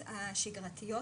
החיבור צריך להיות לקהילה,